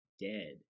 dead